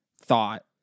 thought